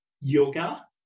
yoga